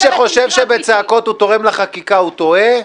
שחושב שבצעקות הוא תורם לחקיקה הוא טועה.